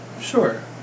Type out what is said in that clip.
Sure